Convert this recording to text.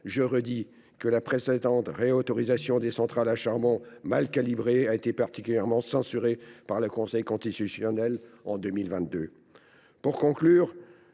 en mémoire que la précédente réautorisation des centrales à charbon, mal calibrée, a été partiellement censurée par le Conseil constitutionnel en 2022.